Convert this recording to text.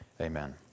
amen